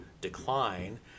decline